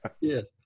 Yes